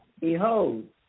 Behold